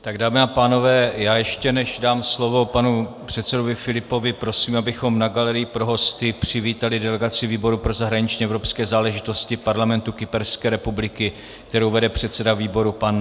Tak dámy a pánové, já ještě než dám slovo panu předsedovi Filipovi, prosím, abychom na galerii pro hosty přivítali delegaci výboru pro zahraniční evropské záležitosti Parlamentu Kyperské republiky, kterou vede předseda výboru Giorgos Lillikas.